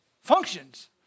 functions